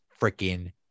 freaking